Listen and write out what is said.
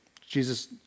Jesus